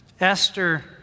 Esther